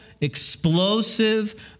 explosive